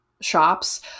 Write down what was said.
shops